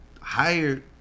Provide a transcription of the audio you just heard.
hired